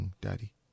daddy